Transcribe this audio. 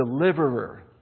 Deliverer